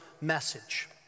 message